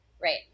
Right